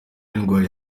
ndwaye